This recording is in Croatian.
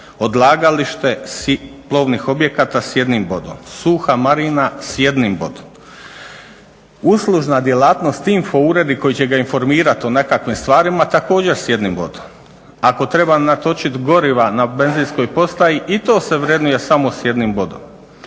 odlagalište plovnih objekata s jednim bodom, suha marina s jednim bodom, uslužna djelatnost, info uredi koji će ga informirati o nekakvim stvarima također s jednim bodom. Ako treba natočit goriva na benzinskoj postaji i to se vrednuje samo s jednim bodom.